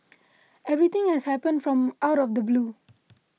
everything has happened from out of the blue